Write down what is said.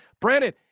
Brandon